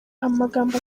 amagambo